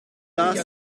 las